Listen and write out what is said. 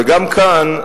וגם כאן,